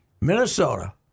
Minnesota